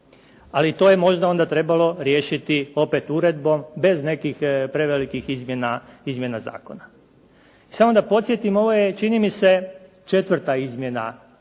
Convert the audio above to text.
Ali to je možda onda trebalo riješiti opet uredbom bez nekih prevelikih izmjena zakona. Samo da podsjetim, ovo je čini mi se četvrta izmjena toga